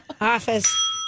office